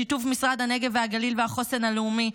בשיתוף משרד הנגב והגליל והחוסן הלאומי,